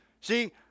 See